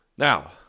Now